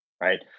right